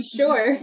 sure